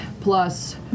plus